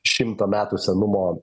šimto metų senumo